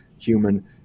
human